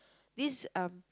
this um